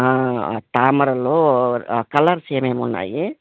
తామరలు colours ఏమేమి ఉన్నాయి